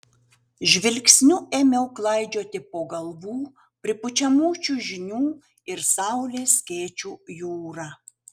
žvilgsniu ėmiau klaidžioti po galvų pripučiamų čiužinių ir saulės skėčių jūrą